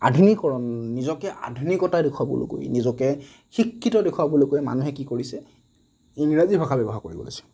আধুনিকৰণ নিজকে আধুনিকতা দেখুৱাবলৈ গৈ নিজকে শিক্ষিত দেখুৱাবলৈ গৈ মানুহে কি কৰিছে ইংৰাজী ভাষা ব্যৱহাৰ কৰিব লৈছে